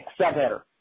subheader